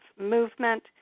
movement